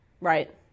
Right